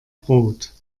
brot